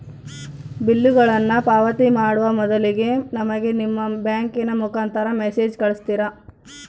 ಬಿಲ್ಲುಗಳನ್ನ ಪಾವತಿ ಮಾಡುವ ಮೊದಲಿಗೆ ನಮಗೆ ನಿಮ್ಮ ಬ್ಯಾಂಕಿನ ಮುಖಾಂತರ ಮೆಸೇಜ್ ಕಳಿಸ್ತಿರಾ?